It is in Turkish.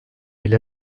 ile